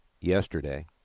yesterday